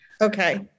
Okay